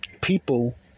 people